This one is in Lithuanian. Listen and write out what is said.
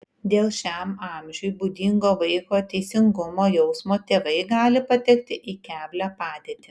dėl šiam amžiui būdingo vaiko teisingumo jausmo tėvai gali patekti į keblią padėtį